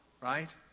right